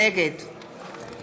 נגד